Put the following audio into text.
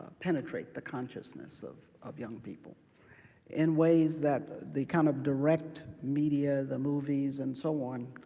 ah penetrate the consciousness of of young people in ways that the kind of direct media, the movies and so on,